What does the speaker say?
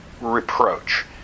reproach